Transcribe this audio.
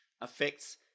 affects